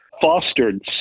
fostered